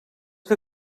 que